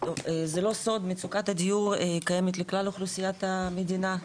זה לא סוד שמצוקת הדיור קיימת לכלל אוכלוסיית המדינה,